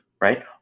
right